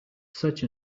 such